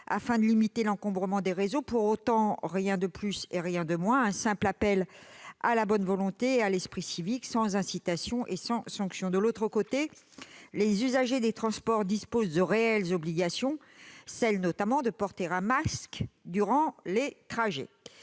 afin de limiter l'encombrement des réseaux. Pour autant, ce n'est rien de plus et rien de moins qu'un simple appel à la bonne volonté et à l'esprit civique, sans incitation ni sanction. De l'autre côté, les usagers des transports sont soumis à de réelles obligations, notamment celle de porter un masque durant leurs trajets.